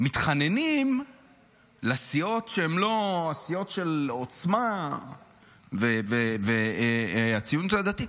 ומתחננים לסיעות שהן לא הסיעות של עוצמה והציונות הדתית,